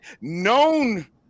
known